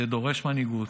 זה דורש מנהיגות,